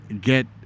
get